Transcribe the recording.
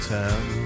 town